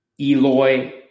Eloy